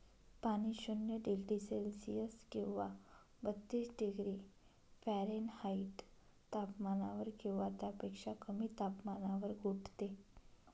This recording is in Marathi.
पाणी शून्य डिग्री सेल्सिअस किंवा बत्तीस डिग्री फॅरेनहाईट तापमानावर किंवा त्यापेक्षा कमी तापमानावर गोठते